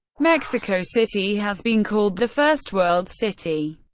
mexico city has been called the first world city.